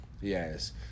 Yes